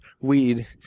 weed